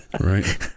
Right